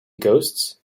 ghosts